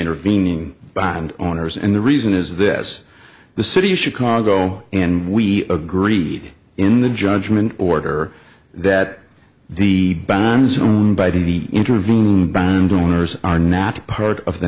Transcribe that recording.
intervening bond owners and the reason is this the city of chicago and we agreed in the judgment order that the bonds owned by the intervening bond owners are not part of the